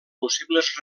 possibles